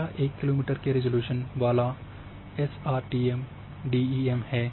यह 1 kilometre के resolution वाला एसआरटीएम डीईएम है